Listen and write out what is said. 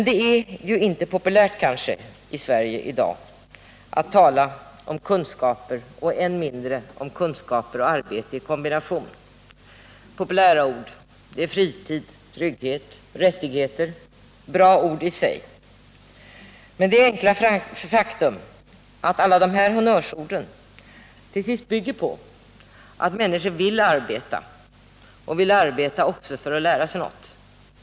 Det är dock i Sverige i dag inte populärt att tala om kunskaper och än mindre om kunskaper och arbete i kombination. Populära ord är fritid, trygghet, rättigheter — bra ord i sig. Men faktum är att alla de här honnörsorden till sist bygger på att människor vill arbeta och vill arbeta också för att lära sig något.